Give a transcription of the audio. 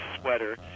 sweater